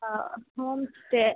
ಹಾಂ ಹೋಮ್ಸ್ಟೇ